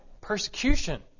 persecution